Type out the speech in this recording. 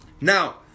now